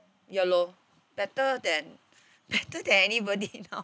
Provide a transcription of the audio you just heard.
ya lor better than better than anybody now